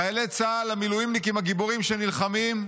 חיילי צה"ל, המילואימניקים הגיבורים שנלחמים,